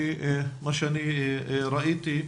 ממה שאני ראיתי,